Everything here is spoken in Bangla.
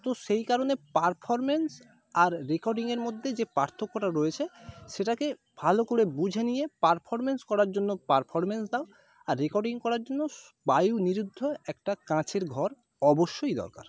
তো সেই কারণে পারফর্ম্যান্স আর রেকর্ডিংয়ের মধ্যে যে পার্থক্যটা রয়েছে সেটাকে ভালো করে বুঝে নিয়ে পারফর্ম্যান্স করার জন্য পারফর্ম্যান্স দাও আর রেকর্ডিং করার জন্য সু বায়ু নিরুদ্ধ একটা কাঁচের ঘর অবশ্যই দরকার